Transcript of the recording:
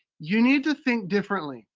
you need to think differently.